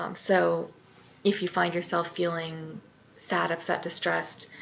um so if you find yourself feeling sad, upset, distressed,